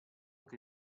che